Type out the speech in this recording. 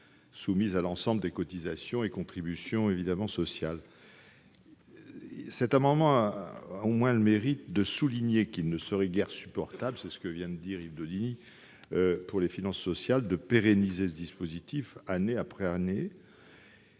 soumise à l'ensemble des cotisations et contributions sociales. Ils ont le mérite de souligner qu'il ne serait guère supportable, c'est ce que vient de dire Yves Daudigny, pour les finances sociales, de pérenniser ce dispositif, année après année.